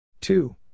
Two